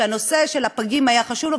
שהנושא של הפגים היה חשוב לו,